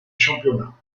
championnat